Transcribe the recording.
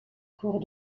courts